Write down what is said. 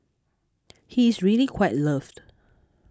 he is really quite loved